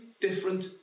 different